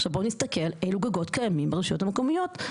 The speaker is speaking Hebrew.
עכשיו בואו נסתכל אילו גגות קיימים ברשויות המקומיות.